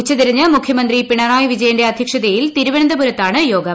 ഉച്ചതിരിഞ്ഞ് മുഖ്യമന്ത്രി പിണറായി വിജയന്റെ അദ്ധ്യക്ഷതയിൽ തിരുവനന്തപുരത്താണ് യോഗം